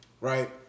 right